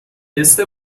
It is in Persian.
تست